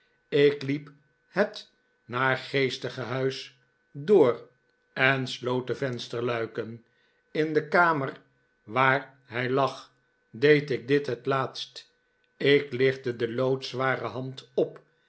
ik hep het naargeestige huis door en sloot de vensterluiken in de kamer waar hij lag deed ik dit het taatst ik lichtte de loodzware hand op